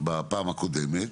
בפעם הקודמת,